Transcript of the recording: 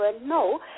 no